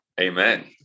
Amen